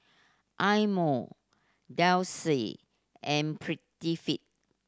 Eye Mo Delsey and Prettyfit